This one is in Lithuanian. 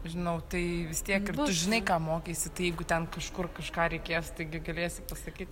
žinau tai vis tiek ir tu žinai ką mokeisi tai jeigu ten kažkur kažką reikės taigi galėsi pasakyt